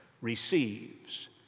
receives